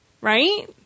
Right